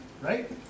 Right